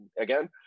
again